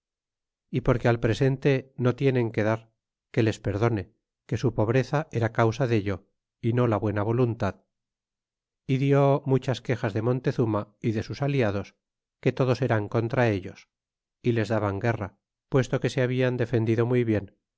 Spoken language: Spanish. y porque al presente no tienen que dar que les perdone que su pobreza era causa dello y no la buena voluntad y di muchas quejas de montezuma y de sus aliados que todos eran contra ellos y les daban guerra puesto que se hablan defendido muy bien